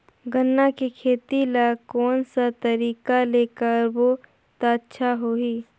गन्ना के खेती ला कोन सा तरीका ले करबो त अच्छा होही?